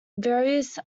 various